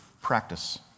practice